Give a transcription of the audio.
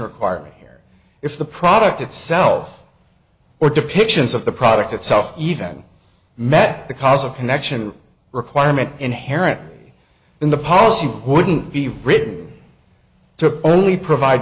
requirement here if the product itself or depictions of the product itself even met because of connection requirement inherent in the policy wouldn't be written to only provide